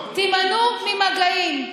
תימנעו ממגעים.